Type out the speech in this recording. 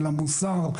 למוסר,